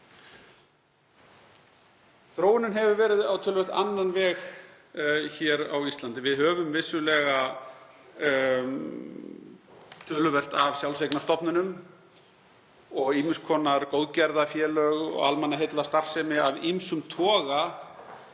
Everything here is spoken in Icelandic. Þróunin hefur verið á töluvert annan veg hér á Íslandi. Við höfum vissulega töluvert af sjálfseignarstofnunum og ýmiss konar góðgerðafélög og almannaheillastarfsemi af ýmsum toga.